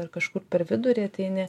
ar kažkur per vidurį ateini